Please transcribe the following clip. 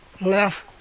left